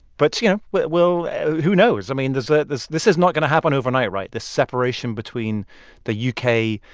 but, you know, we'll we'll who knows? i mean, this ah this is not going to happen overnight, right? this separation between the u k.